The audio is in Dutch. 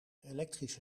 elektrische